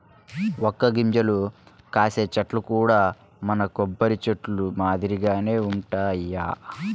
వక్క గింజలు కాసే చెట్లు కూడా మన కొబ్బరి చెట్లు మాదిరిగానే వుంటయ్యి